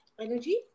energy